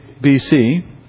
BC